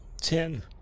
Ten